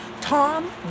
Tom